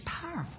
powerful